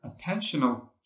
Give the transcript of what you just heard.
attentional